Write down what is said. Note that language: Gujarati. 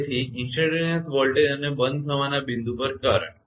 હવે તેથી ત્વરિત વોલ્ટેજ અને બંધ થવાના બિંદુ પર કરંટ